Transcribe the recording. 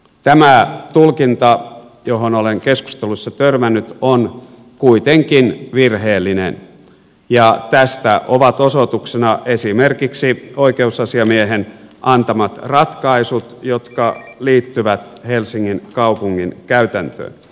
tämä tulkinta johon olen keskusteluissa törmännyt on kuitenkin virheellinen ja tästä ovat osoituksena esimerkiksi oikeusasiamiehen antamat ratkaisut jotka liittyvät helsingin kaupungin käytäntöön